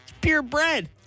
Purebred